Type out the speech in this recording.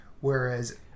whereas